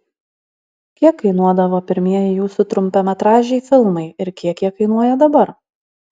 kiek kainuodavo pirmieji jūsų trumpametražiai filmai ir kiek jie kainuoja dabar